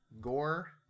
gore